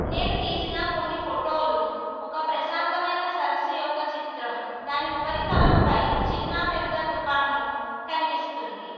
నేను తీసిన కొన్ని ఫోటోలు ఒక ప్రశాంతమైన సరస్సు యొక్క చిత్రం దాని ఉపరితలంపై చిన్నా పెద్ద తుఫాను కనిపిస్తుంది